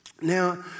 Now